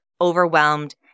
overwhelmed